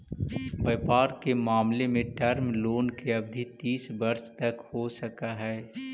व्यापार के मामला में टर्म लोन के अवधि तीस वर्ष तक हो सकऽ हई